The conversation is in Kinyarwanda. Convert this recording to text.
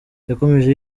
yakomeje